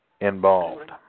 involved